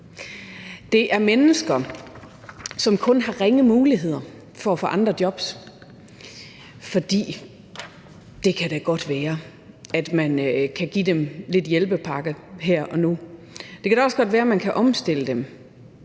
Det er mennesker, som kun har ringe muligheder for at få andre job, for det kan da godt være, at man kan give dem en hjælpepakke her og nu, og det kan da også godt være, at de kan blive